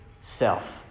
self